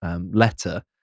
letter